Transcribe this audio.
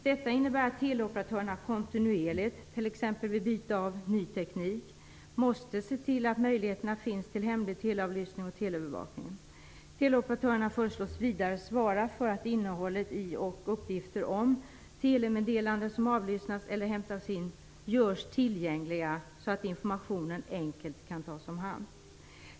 Detta innebär att teleoperatörerna kontinuerligt, t.ex. vid byte till ny teknik, måste se till att möjligheterna finns till hemlig teleavlyssning och teleövervakning. Teleoperatörerna föreslås vidare svara för att innehållet i och uppgifter om telemeddelanden som avlyssnas eller hämtas in görs tillgängliga, så att informationen enkelt kan tas om hand.